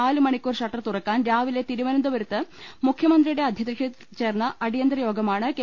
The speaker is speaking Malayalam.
നാല് മണിക്കൂർ ഷട്ടർ തുറക്കാൻ രാവിലെ തിരുവനന്തപുരത്ത് മുഖ്യമന്ത്രിയുടെ അധ്യക്ഷതയിൽ പ്രവർചേർന്ന അടിയന്തരയോഗമാണ് കെ